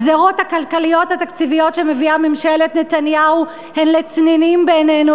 הגזירות הכלכליות התקציביות שמביאה ממשלת נתניהו הן לצנינים בעינינו,